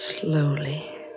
Slowly